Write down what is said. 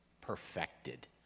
perfected